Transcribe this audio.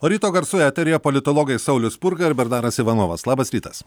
o ryto garsų eteryje politologai saulius spurga ir bernaras ivanovas labas rytas